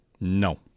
No